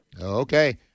Okay